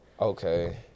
okay